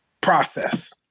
process